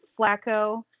Flacco